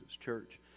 Church